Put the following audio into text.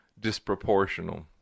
disproportional